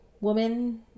woman